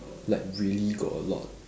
like really got a lot